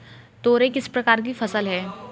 तोरई किस प्रकार की फसल है?